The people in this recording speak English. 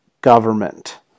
government